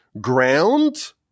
ground